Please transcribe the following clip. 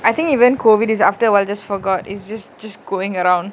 I think even COVID is after awhile just forgot is just just going around